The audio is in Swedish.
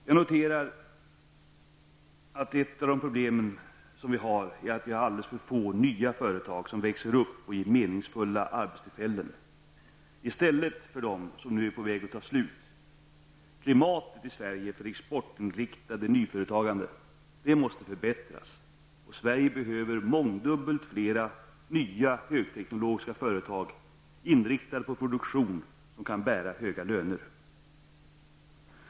Jag noterar att ett av våra problem är att vi har alldeles för få nya företag som växer upp och ger meningsfulla arbetstillfällen i stället för dem som nu är på väg att ta slut. Klimatet i Sverige för exportinriktat nyföretagande måste förbättras. Sverige behöver mångdubbelt fler nya högteknologiska företag, inriktade på produktion som kan bära höga löner.